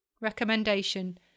Recommendation